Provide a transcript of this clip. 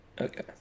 Okay